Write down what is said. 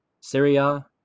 syria